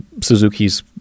Suzuki's